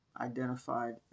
identified